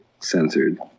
Censored